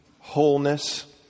wholeness